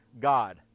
God